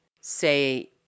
say